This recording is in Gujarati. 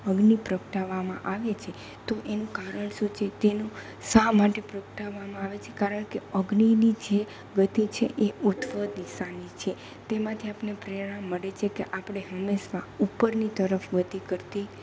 અગ્નિ પ્રગટાવામાં આવે છે તો એનું કારણ શું છે તેનું શા માટે પ્રગટાવામાં છે કારણ કે અગ્નિની જે ગતિ છે એ ઊર્ધ્વ દિશાની છે તેમાંથી આપણને પ્રેરણા મળે છે કે આપણે હંમેશા ઉપરની તરફ ગતિ કરતી